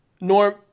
Norm